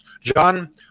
John